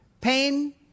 pain